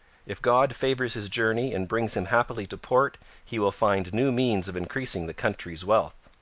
if god favours his journey and brings him happily to port he will find new means of increasing the country's wealth